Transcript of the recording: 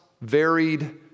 varied